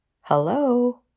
Hello